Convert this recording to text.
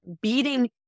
beating